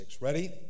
Ready